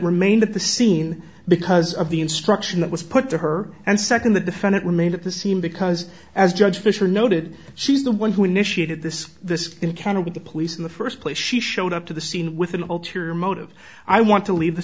remained at the scene because of the instruction that was put to her and second the defendant remained at the scene because as judge fisher noted she's the one who initiated this this encounter with the police in the first place she showed up to the scene with an ulterior motive i want to leave the